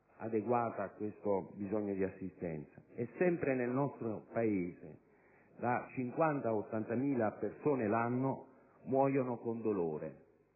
adeguata a questo bisogno di assistenza. Sempre nel nostro Paese da 50.000 a 80.000 persone l'anno muoiono con dolore.